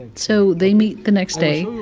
and so they meet the next day,